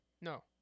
no